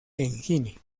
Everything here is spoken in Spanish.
engine